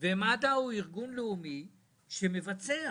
ומד"א הוא ארגון לאומי שמבצע.